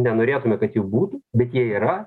nenorėtume kad jų būtų bet jie yra